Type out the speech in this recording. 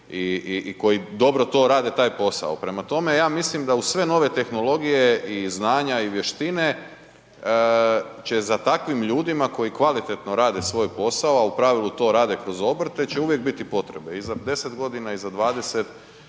i koji dobro to rade taj posao. Prema tome, ja mislim da uz sve nove tehnologije i znanja i vještine će za takvim ljudima koji kvalitetno rade svoj posao, a u pravilu to rade kroz obrte, će uvijek biti potrebe i za 10.g. i za 20